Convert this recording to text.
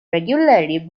regularly